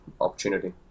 opportunity